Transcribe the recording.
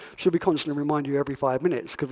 should be constantly remind you every five minutes?